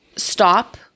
Stop